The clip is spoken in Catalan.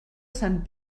sant